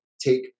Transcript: take